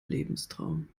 lebenstraum